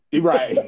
Right